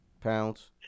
Pounds